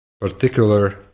particular